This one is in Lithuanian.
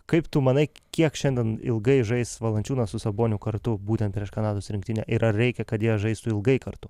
kaip tu manai kiek šiandien ilgai žais valančiūnas su saboniu kartu būtent prieš kanados rinktinę ir ar reikia kad jie žaistų ilgai kartu